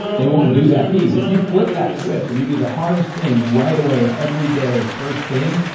they won't do that piece if you flip that switch and you do the hardest thing right away every day first thing,